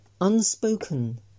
Unspoken